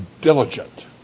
diligent